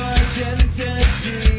identity